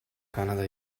canada